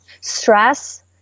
Stress